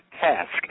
task